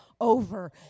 over